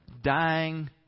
dying